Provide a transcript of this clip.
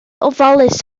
ofalus